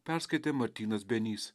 perskaitė martynas benys